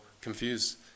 confused